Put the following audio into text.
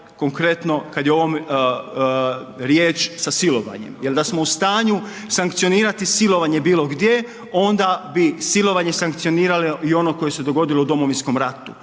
konkretno kad je o ovom riječ, sa silovanje, jel da smo u stanju sankcionirati silovanje bilo gdje onda bi silovanje sankcionirali i ono koje se dogodilo u Domovinskom ratu,